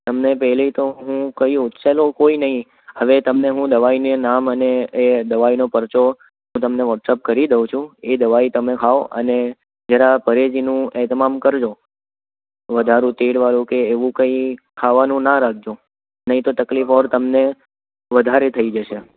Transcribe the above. તમને પેલી તો હું કહ્યો ચાલો કોઈ નહીં હવે તમને હું દવાઈનું નામ અને દવાઈનો પરચો હું તમને વોટ્સઅપ કરી દઉં છું એ દવાઈ તમે ખાવ અને જરા પરેજીનું એ તમામ કરજો વધારું તેલવાળું કે એવું કંઈ ખાવાનું ના રાખજો નહી તો તકલીફ ઓર તમને વધારે થઈ જશે